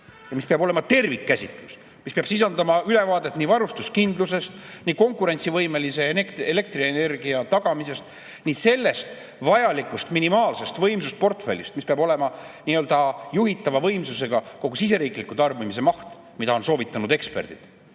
See peab olema tervikkäsitlus, mis peab sisaldama ülevaadet nii varustuskindlusest, nii konkurentsivõimelise elektrienergia tagamisest kui ka sellest vajalikust minimaalsest võimsusportfellist, mis peab olema nii-öelda juhitava võimsusega kogu siseriikliku tarbimise maht, mida on soovitanud eksperdid.